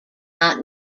not